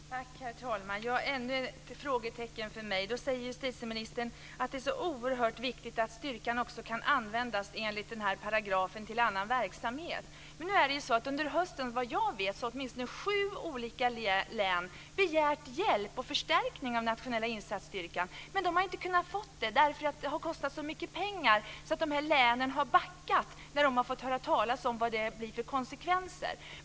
Herr talman! Det finns ännu ett frågetecken för mig. Justitieministern säger att det är så oerhört viktigt att styrkan, enligt den här paragrafen, också kan användas till annan verksamhet. Men såvitt jag vet har åtminstone sju län under hösten begärt hjälp och förstärkning av Nationella insatsstyrkan, men de har inte kunnat få det därför att det har kostat så mycket pengar. De här länen har backat när de har fått höra talas om vad det blir för konsekvenser.